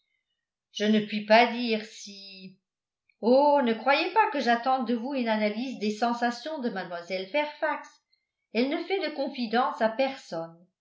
je ne puis pas dire si oh ne croyez pas que j'attende de vous une analyse des sensations de mlle fairfax elle ne fait de confidences à personne